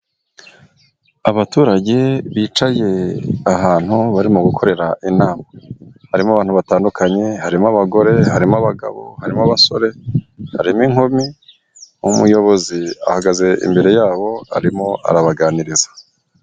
Abaturage bicaye ahantu barimo gukorera inama harimo abantu batandukanye harimo abagore harimo abagabo harimo abasore harimo inkumi umuyobozi ahagaze imbere yabo arimo arabaganiriza.